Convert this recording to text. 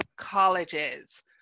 colleges